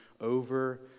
over